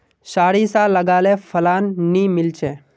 सारिसा लगाले फलान नि मीलचे?